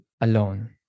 alone